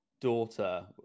daughter